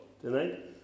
tonight